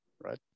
right